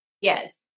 yes